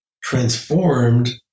transformed